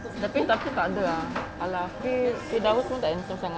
tapi aku takde !alah! eh budak tu semua tak handsome sangat